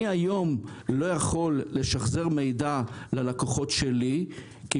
אני לא יכול לשחזר מידע ללקוחות שלי ולתת להם שירות כראוי,